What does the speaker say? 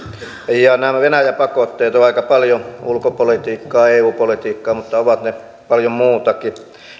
nämä venäjä pakotteet ovat aika paljon ulkopolitiikkaa eu politiikkaa mutta ovat ne paljon muutakin